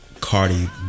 Cardi